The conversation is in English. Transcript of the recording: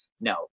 no